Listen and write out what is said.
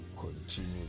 continue